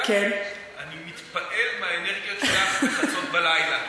אני מתפעל מהאנרגיות שלך בחצות הלילה.